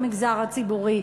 במגזר הציבורי.